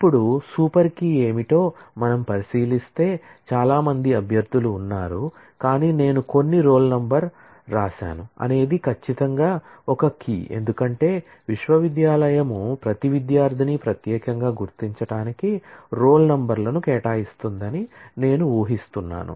ఇప్పుడు super key ను కేటాయిస్తుందని నేను ఊహిస్తున్నాను